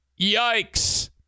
Yikes